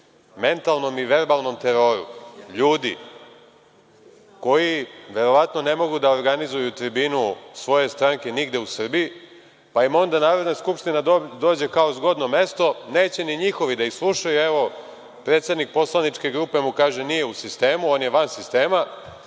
mentalnom i verbalnom teroru ljudi koji verovatno ne mogu da organizuju tribinu svoje stranke nigde u Srbiji, pa im onda Narodna skupština dođe kao zgodno mesto. Neće ni njihovi da ih slušaju. Evo, predsednik poslaničke grupe mu kaže da nije u sistemu, on je van sistema.